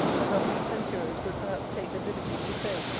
as our free censurers would perhaps take the liberty to say,